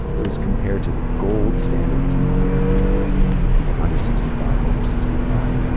it was compared to the gold standard chemotherapies for people under sixty five over sixty five.